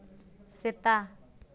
ᱥᱮᱛᱟ